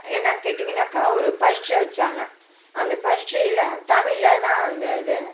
என்னென்னு கேட்டிங்கன்னாக்கால் ஒரு பரிட்ச்சை வைச்சாங்க அந்த பரிட்ச்சையில் தமிழில் தான் இருந்தது